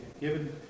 given